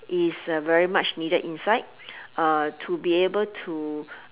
is uh very much needed inside uh to be able to